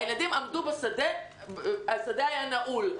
הילדים עמדו בשדה התעופה והשדה היה נעול.